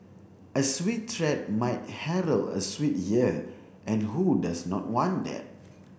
a sweet treat might herald a sweet year and who does not want that